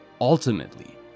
ultimately